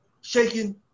shaking